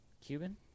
Cuban